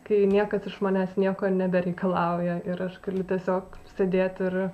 kai niekas iš manęs nieko nebereikalauja ir aš galiu tiesiog sėdėt ir